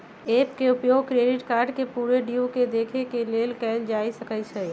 app के उपयोग credit card के पूरे ड्यू के देखे के लेल कएल जा सकइ छै